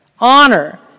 Honor